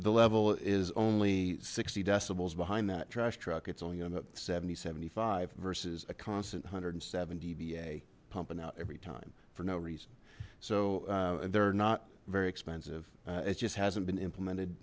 the level is only sixty decibels behind that trash truck it's only going about seventy seventy five versus a constant hundred and seven dba pumping out every time for no reason so they're not very expensive it just hasn't been implemented